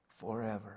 forever